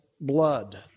blood